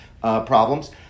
problems